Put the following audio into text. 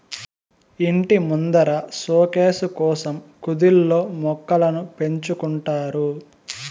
ఇంటి ముందర సోకేసు కోసం కుదిల్లో మొక్కలను పెంచుకుంటారు